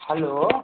hello